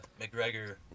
McGregor